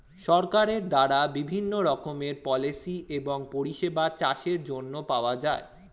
সরকারের দ্বারা বিভিন্ন রকমের পলিসি এবং পরিষেবা চাষের জন্য পাওয়া যায়